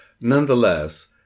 nonetheless